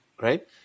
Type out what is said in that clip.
right